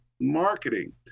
marketing